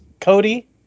Cody